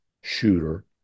shooter